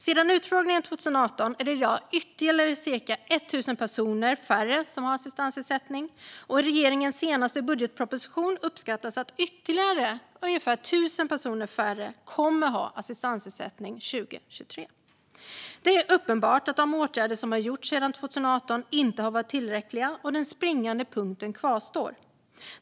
Sedan utfrågningen 2018 är det i dag ytterligare cirka 1 000 personer färre som har assistansersättning. I regeringens senaste budgetproposition uppskattas att ytterligare ungefär 1 000 personer färre kommer att ha assistansersättning år 2023. Det är uppenbart att de åtgärder som har gjorts sedan 2018 inte har varit tillräckliga, och den springande punkten kvarstår.